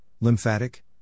lymphatic